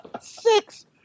Six